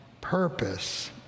purpose